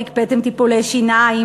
הקפאתם טיפולי שיניים,